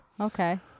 Okay